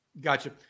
Gotcha